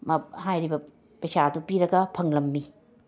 ꯃ ꯍꯥꯏꯔꯤꯕ ꯄꯩꯁꯥ ꯑꯗꯨ ꯄꯤꯔꯒ ꯐꯪꯂꯝꯃꯤ